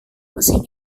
mesin